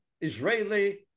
Israeli